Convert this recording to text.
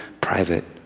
private